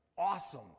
awesome